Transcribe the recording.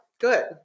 good